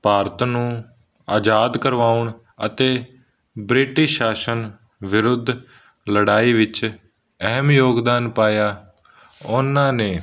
ਭਾਰਤ ਨੂੰ ਆਜ਼ਾਦ ਕਰਵਾਉਣ ਅਤੇ ਬ੍ਰਿਟਿਸ਼ ਸ਼ਾਸਨ ਵਿਰੁੱਧ ਲੜਾਈ ਵਿੱਚ ਅਹਿਮ ਯੋਗਦਾਨ ਪਾਇਆ ਉਹਨਾਂ ਨੇ